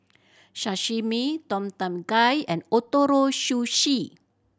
Sashimi Tom Kha Gai and Ootoro Sushi